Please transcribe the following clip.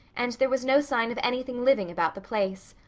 and there was no sign of anything living about the place.